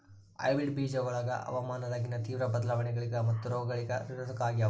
hybrid ಬೇಜಗೊಳ ಹವಾಮಾನದಾಗಿನ ತೇವ್ರ ಬದಲಾವಣೆಗಳಿಗ ಮತ್ತು ರೋಗಗಳಿಗ ನಿರೋಧಕ ಆಗ್ಯಾವ